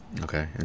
Okay